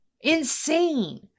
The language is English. Insane